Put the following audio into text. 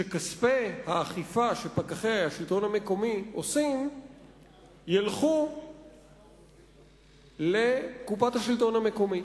שכספי האכיפה שפקחי השלטון המקומי עושים ילכו לקופת השלטון המקומי.